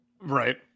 Right